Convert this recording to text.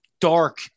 dark